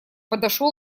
подошел